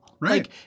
Right